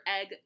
egg